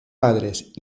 padres